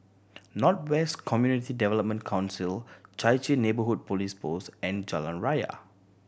North West Community Development Council Chai Chee Neighbourhood Police Post and Jalan Raya